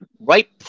right